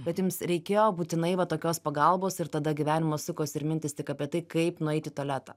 bet jums reikėjo būtinai va tokios pagalbos ir tada gyvenimas sukosi ir mintys tik apie tai kaip nueiti į tualetą